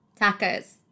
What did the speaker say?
Tacos